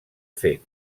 fet